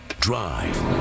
Drive